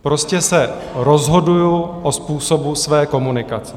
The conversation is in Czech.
Prostě se rozhoduji o způsobu své komunikace.